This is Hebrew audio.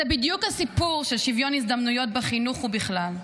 זה בדיוק הסיפור של שוויון הזדמנויות בחינוך ובכלל.